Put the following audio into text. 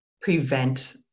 prevent